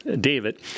David